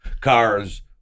Cars